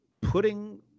putting